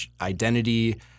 identity